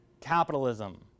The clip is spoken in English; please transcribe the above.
capitalism